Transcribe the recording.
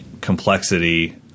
complexity